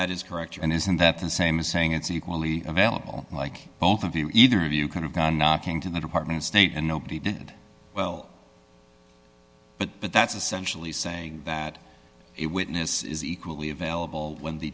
is correct and isn't that the same as saying it's equally available like both of you either of you could have gone knocking to the department of state and nobody did well but that's essentially saying that it witness is equally available when the